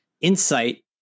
insight